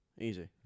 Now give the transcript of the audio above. Easy